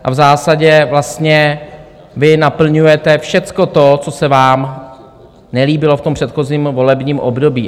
A v zásadě vlastně vy naplňujete všecko to, co se vám nelíbilo v tom předchozím volebním období.